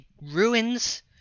ruins